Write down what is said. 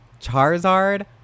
Charizard